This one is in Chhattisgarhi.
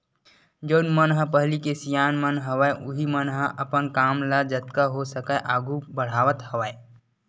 जउन मन ह पहिली के सियान मन हवय उहीं मन ह अपन काम ल जतका हो सकय आघू बड़हावत हवय